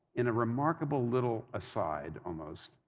in a remarkable little aside, almost,